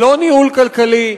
לא ניהול כלכלי,